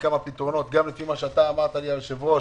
אני דיברתי כמה פעמים עם אמיר אשל מנכ"ל משרד הביטחון.